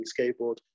skateboard